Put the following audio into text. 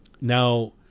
Now